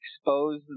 expose